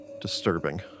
disturbing